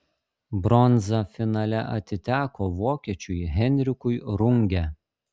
bronza finale atiteko vokiečiui henrikui runge